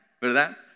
¿verdad